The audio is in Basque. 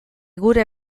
gure